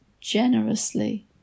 generously